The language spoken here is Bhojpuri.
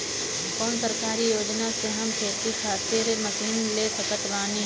कौन सरकारी योजना से हम खेती खातिर मशीन ले सकत बानी?